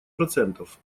процентов